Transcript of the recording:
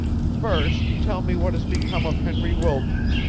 first tell me what has become of henry wilton?